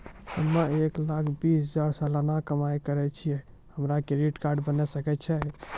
हम्मय एक लाख बीस हजार सलाना कमाई करे छियै, हमरो क्रेडिट कार्ड बने सकय छै?